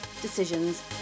decisions